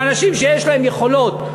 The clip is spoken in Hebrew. מאנשים שיש להם יכולות,